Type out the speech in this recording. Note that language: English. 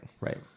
right